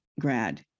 grad